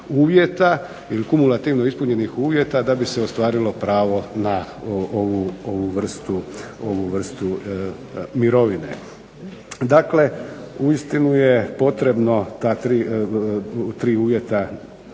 ili kumulativno ispunjenih uvjeta da bi se ostvarilo pravo na ovu vrstu mirovine. Dakle, uistinu je potrebno tri uvjeta